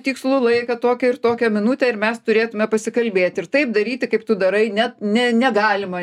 tikslų laiką tokią ir tokią minutę ir mes turėtume pasikalbėti ir taip daryti kaip tu darai net ne negalima